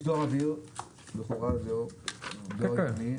יש דואר אוויר ויש דואר ימי.